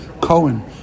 Cohen